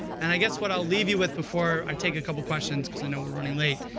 and i guess what i'll leave you with before i take a couple questions, because i know we're running late,